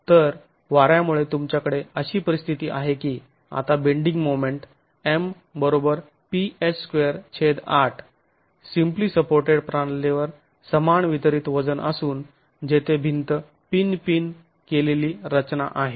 तर वाऱ्यामुळे तुमच्याकडे अशी परिस्थिती आहे की आता bending moment M ph28 simply supported प्रणालीवर समान वितरित वजन असून जेथे भिंत पिन पिन केलेली रचना आहे